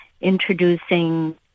introducing